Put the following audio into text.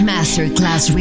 Masterclass